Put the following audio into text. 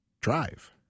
drive